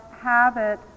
habit